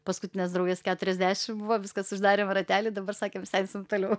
paskutinės draugės keturiasdešim buvo viskas uždarėm ratelį dabar sakėm sensim toliau